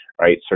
right